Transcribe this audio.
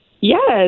Yes